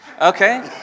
Okay